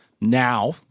now